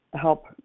help